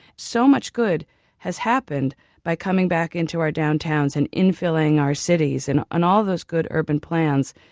so much good has happened by coming back into our downtowns and infilling our cities and and all those good urban plans.